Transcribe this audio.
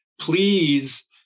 please